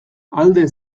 alde